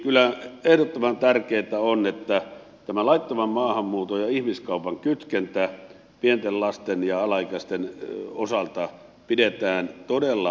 kyllä ehdottoman tärkeätä on että tämä laittoman maahanmuuton ja ihmiskaupan kytkentä pienten lasten ja alaikäisten osalta pidetään todella tärkeänä